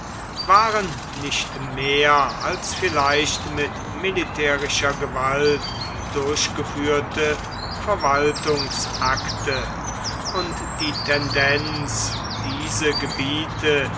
waren nicht mehr als vielleicht mit militärischer gewalt durchgeführte verwaltungsakte und die tendenz diese gebiete